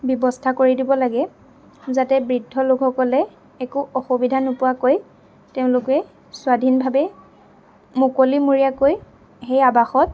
ব্য়ৱস্থা কৰি দিব লাগে যাতে বৃদ্ধ লোকসকলে একো অসুবিধা নোপোৱাকৈ তেওঁলোকে স্ৱাধীনভাৱে মুকলিমুৰীয়াকৈ সেই আৱাসত